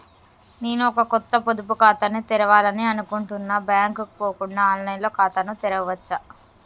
నేను ఒక కొత్త పొదుపు ఖాతాను తెరవాలని అనుకుంటున్నా బ్యాంక్ కు పోకుండా ఆన్ లైన్ లో ఖాతాను తెరవవచ్చా?